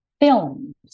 films